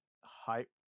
hype